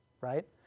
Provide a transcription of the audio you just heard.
right